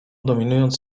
dominując